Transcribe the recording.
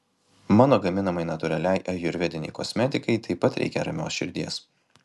mano gaminamai natūraliai ajurvedinei kosmetikai taip pat reikia ramios širdies